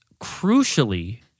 crucially